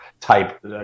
type